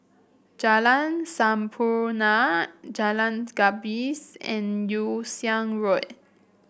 Jalan Sampurna Jalan's Gapis and Yew Siang Road